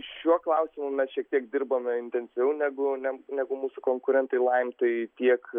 šiuo klausimu mes šiek tiek dirbame intensyviau negu ne negu mūsų konkurentai laim tai tiek